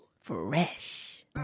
Fresh